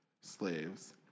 slaves